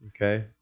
Okay